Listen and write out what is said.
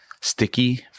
sticky